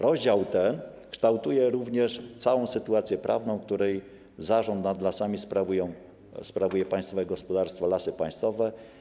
Rozdział ten kształtuje również całą sytuację prawną, w której zarząd nad lasami sprawuje Państwowe Gospodarstwo Leśne Lasy Państwowe.